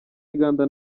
uganda